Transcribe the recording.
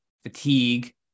fatigue